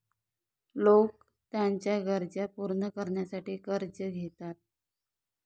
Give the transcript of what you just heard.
लोक त्यांच्या गरजा पूर्ण करण्यासाठी कर्ज घेतात